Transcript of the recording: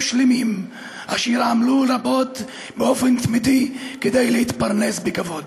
שלמים אשר עמלו רבות באופן תמידי כדי להתפרנס בכבוד.